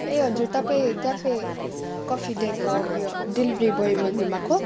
ए हजुर तपाईँ cafe coffee डेको उयो डेलिभरी बोय बोल्नुभएको